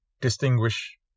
distinguish